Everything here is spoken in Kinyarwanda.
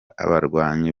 abarwanyi